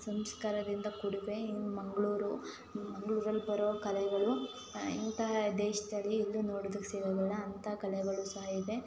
ಸಂಸ್ಕಾರದಿಂದ ಕೂಡಿವೆ ಇನ್ನೂ ಮಂಗಳೂರು ಮಂಗಳೂರಲ್ಲಿ ಬರೋ ಕಲೆಗಳು ಇಂತಹ ದೇಶದಲ್ಲಿ ಎಲ್ಲಿಯೂ ನೋಡೋದಕ್ಕೆ ಸಿಗೋದಿಲ್ಲ ಅಂತಹ ಕಲೆಗಳೂ ಸಹ ಇವೆ